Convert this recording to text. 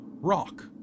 rock